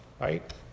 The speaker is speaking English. right